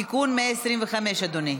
תיקון 125, אדוני.